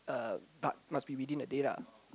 uh but must be within a day lah